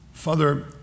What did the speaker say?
Father